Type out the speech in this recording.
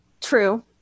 True